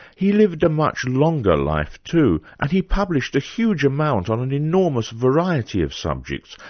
he lived a much longer life, too, and he published a huge amount on an enormous variety of subjects,